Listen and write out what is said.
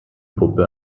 puppe